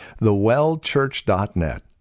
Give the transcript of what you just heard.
thewellchurch.net